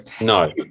no